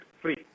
free